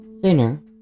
thinner